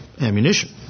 ammunition